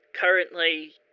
currently